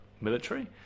military